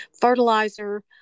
fertilizer